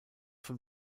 von